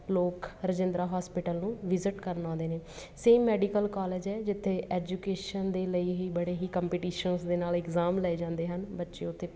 ਲੋਕ ਰਾਜਿੰਦਰਾ ਹੋਸਪਿਟਲ ਨੂੰ ਵਿਜ਼ਿਟ ਕਰਨ ਆਉਂਦੇ ਨੇ ਸੇਮ ਮੈਡੀਕਲ ਕੋਲੇਜ ਹੈ ਜਿੱਥੇ ਐਜੂਕੇਸ਼ਨ ਦੇ ਲਈ ਹੀ ਬੜੇ ਹੀ ਕੰਪੀਟੀਸ਼ਨਸ ਦੇ ਨਾਲ ਇਗਜ਼ਾਮ ਲਏ ਜਾਂਦੇ ਹਨ ਬੱਚੇ ਉੱਥੇ